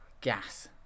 Gas